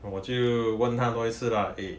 我就问他多一次 lah eh